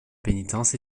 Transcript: pénitence